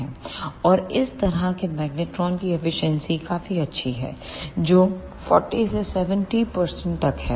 और इस तरह के मैग्नेट्रोन की एफिशिएंसी काफी अच्छी है जो 40 से 70 तक है